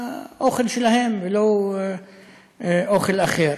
האוכל שלהם ולא אוכל אחר.